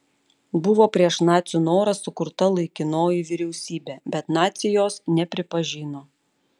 buvo prieš nacių norą sukurta laikinoji vyriausybė bet naciai jos nepripažino